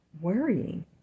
worrying